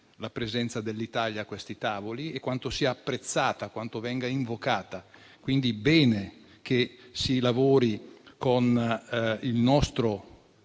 la presenza dell'Italia a quei tavoli e quanto sia apprezzata e invocata. È bene quindi che si lavori con il nostro